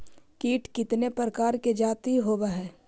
कीट कीतने प्रकार के जाती होबहय?